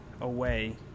away